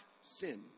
sin